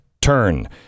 turn